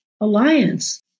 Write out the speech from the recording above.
alliance